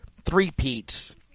three-peats